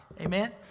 Amen